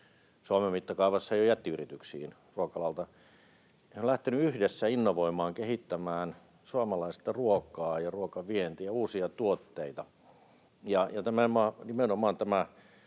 Suomen mittakaavassa jo jättiyrityksiin. He ovat lähteneet yhdessä innovoimaan, kehittämään suomalaista ruokaa ja ruokavientiä, uusia tuotteita, ja nimenomaan tämä